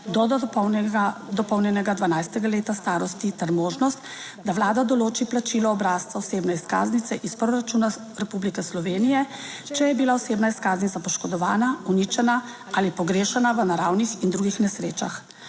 do dopolnjenega 12. leta starosti ter možnost, da Vlada določi plačilo obrazca osebne izkaznice iz proračuna Republike Slovenije, če je bila osebna izkaznica poškodovana, uničena ali pogrešana v naravnih in drugih nesrečah.